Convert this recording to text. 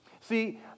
See